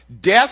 Death